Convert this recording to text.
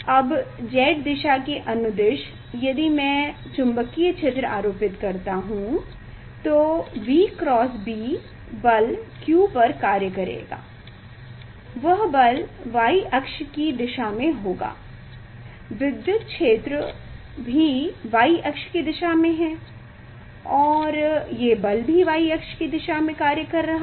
अब Z दिशा के अनुदिश यदि मैं चुंबकीय क्षेत्र आरोपित करता हूं तो V x B बल q पर कार्य करेगा वह बल y अक्ष की दिशा में होगा विद्युत क्षेत्र भी Y अक्ष की दिशा में है और ये बल भी Y अक्ष की दिशा में कार्य कर रहा है